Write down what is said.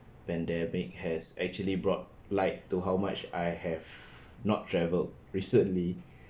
pandemic has actually brought light to how much I have not travelled recently